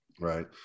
right